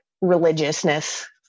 religiousness